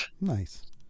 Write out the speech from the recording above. Nice